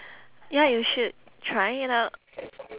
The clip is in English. ya you should try it out